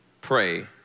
pray